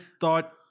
thought